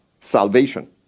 salvation